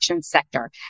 sector